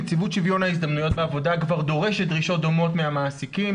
נציבות שוויון ההזדמנויות בעבודה כבר דורשת דרישות דומות מהמעסיקים,